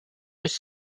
was